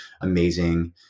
amazing